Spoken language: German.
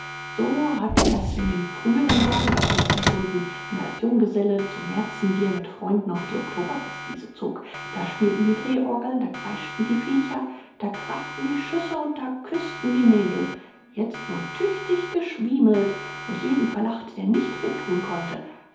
so hatte er's in früheren jahren öfters empfunden wenn er als junggeselle zum märzenbier mit freunden auf die oktoberfestwiese zog da spielten die drehorgeln da kreischten die viecher da krachten die schüsse und da küßten die mädel jetzt nur tüchtig geschwiemelt und jeden verlacht der nicht mittun konnte